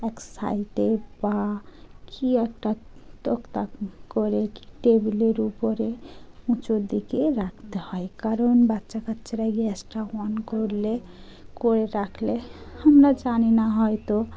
এক সাইডে বা কী একটা তুকতাক করে কি টেবিলের উপরে উঁচু দিকে রাখতে হয় কারণ বাচ্চা কাচ্চারা গ্যাসটা অন করলে করে রাখলে আমরা জানি না হয়তো